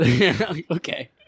Okay